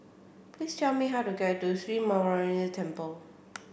please tell me how to get to Sri Muneeswaran Temple